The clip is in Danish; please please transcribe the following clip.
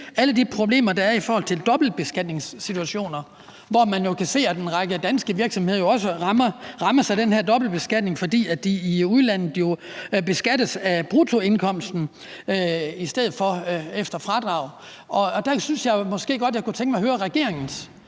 alle de problemer, der er i forhold til dobbeltbeskatningssituationer, hvor man kan se, at en række danske virksomheder jo også rammes af den her dobbeltbeskatning, fordi de i udlandet beskattes af bruttoindkomsten i stedet for efter fradrag. Der synes jeg måske godt, jeg kunne tænke mig at høre regeringens